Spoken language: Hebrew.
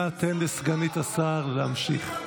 נא תן לסגנית השר להמשיך.